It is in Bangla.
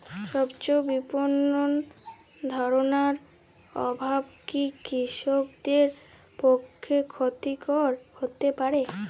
স্বচ্ছ বিপণন ধারণার অভাব কি কৃষকদের পক্ষে ক্ষতিকর হতে পারে?